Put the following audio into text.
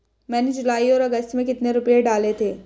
मैंने जुलाई और अगस्त में कितने रुपये डाले थे?